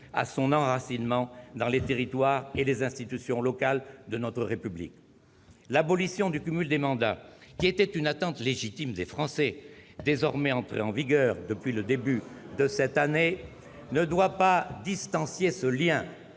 à son enracinement dans les territoires et les institutions locales de notre République. L'abolition du cumul des mandats, qui était une attente légitime des Français, ... Pas sûr !... désormais entrée en vigueur depuis le début de cette année, ne doit pas distendre ce lien,